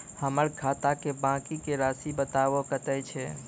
हमर खाता के बाँकी के रासि बताबो कतेय छै?